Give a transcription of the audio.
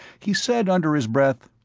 he said under his breath,